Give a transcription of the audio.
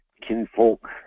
kinfolk